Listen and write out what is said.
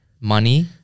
Money